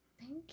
Thank